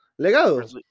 Legado